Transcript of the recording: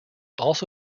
also